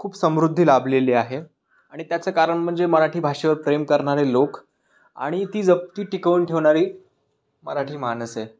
खूप समृद्धी लाभलेली आहे आणि त्याचं कारण म्हणजे मराठी भाषेवर प्रेम करणारे लोक आणि ती जपून टिकवून ठेवणारी मराठी माणसे